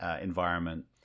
environment